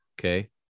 Okay